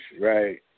Right